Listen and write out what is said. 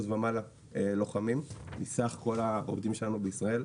ומעלה לוחמים מסך כל העובדים שלנו בישראל.